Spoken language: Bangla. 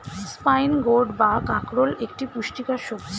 স্পাইন গোর্ড বা কাঁকরোল একটি পুষ্টিকর সবজি